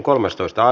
asia